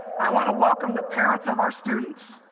i want to welcome the parents of our students.